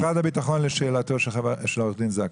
משרד הביטחון רוצה להשיב לשאלת עורך דין זכאי.